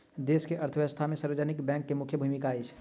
देश के अर्थव्यवस्था में सार्वजनिक बैंक के मुख्य भूमिका अछि